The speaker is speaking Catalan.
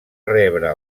rebre